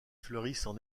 fleurissent